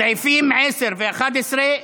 סעיפים 10 ו-11,